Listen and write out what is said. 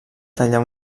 tallar